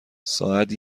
ساعت